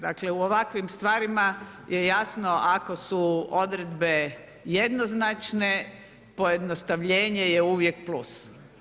Dakle, u ovakvim stvarima je jasno ako su odredbe jednoznačno, pojednostavljenje je uvijek plus.